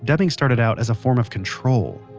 dubbing started out as a form of control.